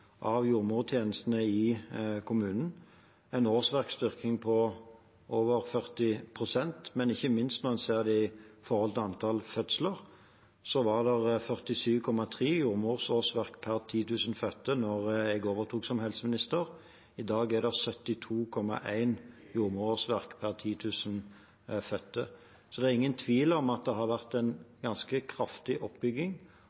av jordmortjenestene i kommunene – en årsverksstyrking på over 40 pst. Når en ser det i forhold til antall fødsler, var det 47,3 jordmorårsverk per 10 000 fødte da jeg overtok som helseminister. I dag er det 72,1 jordmorårsverk per 10 000 fødte. Det er ingen tvil om at det har vært